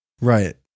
Right